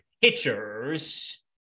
pitchers